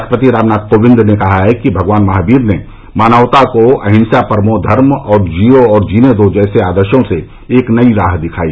राष्ट्रपति रामनाथ कोविंद ने कहा है कि भगवान महावीर ने मानवता को अहिंसा परमो धर्म और जियो और जीने दो जैसे आदर्शो से एक नई राह दिखाई